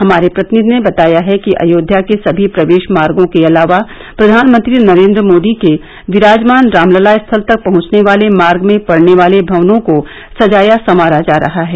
हमारे प्रतिनिधि ने बताया है कि अयोध्या के सभी प्रवेश मार्गो के अलावा प्रधानमंत्री नरेंद्र मोदी के विराजमान रामलला स्थल तक पहुंचने वाले मार्ग में पड़ने वाले भवनों को सजाया संवारा जा रहा है